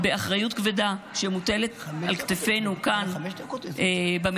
באחריות כבדה שמוטלת על כתפינו כאן במליאה,